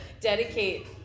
dedicate